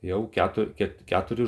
jau ketu ket keturis